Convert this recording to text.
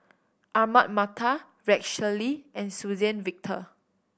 Ahmad Mattar Rex Shelley and Suzann Victor